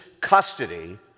custody